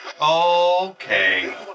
Okay